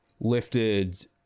lifted